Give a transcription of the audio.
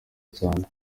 cyane